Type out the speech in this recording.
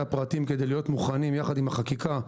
הפרטים כדי להיות מוכנים יחד עם החקיקה,